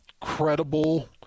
credible